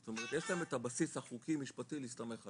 זאת אומרת יש גם את הבסיס החוקי-משפטי להסתמך עליו,